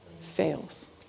fails